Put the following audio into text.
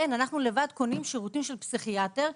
אנחנו לבד קונים שירותים של פסיכיאטר,